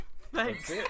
Thanks